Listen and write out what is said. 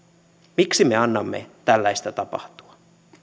miksi me annamme tällaista tapahtua